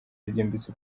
byimbitse